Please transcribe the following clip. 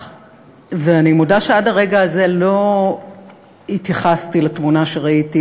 ואני מודה שעד הרגע הזה לא התייחסתי לתמונה שראיתי,